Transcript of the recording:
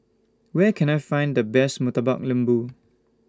Where Can I Find The Best Murtabak Lembu